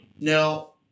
Now